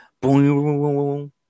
boom